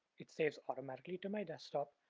it saves automatically to my desktop.